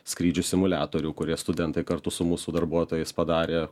skrydžių simuliatorių kurie studentai kartu su mūsų darbuotojus padarė